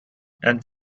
and